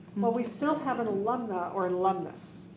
but we still have an alumna or and alumnus.